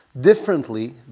differently